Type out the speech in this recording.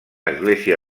església